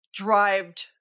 drived